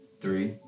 three